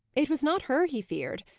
it was not her he feared.